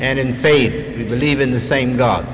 and faith and believe in the same god